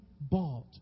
bought